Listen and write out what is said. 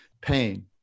pain